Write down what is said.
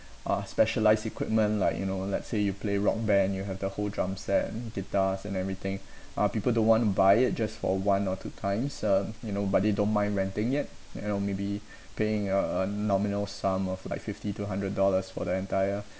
uh specialised equipment like you know let's say you play rock band you have the whole drum set guitars and everything uh people don't want to buy it just for one or two times um you know but they don't mind renting it you know maybe paying a a nominal sum of like fifty to hundred dollars for the entire